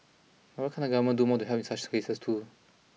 but why can't the government do more to help in such cases too